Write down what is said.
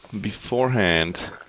beforehand